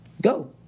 Go